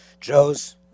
Joe's